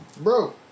bro